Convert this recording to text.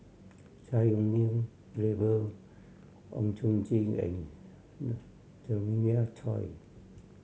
Chai Hon Yoong Gabriel Oon Chong Jin and Jeremiah Choy